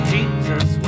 Jesus